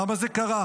למה זה קרה?